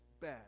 bad